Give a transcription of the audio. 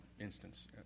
instance